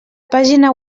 pàgina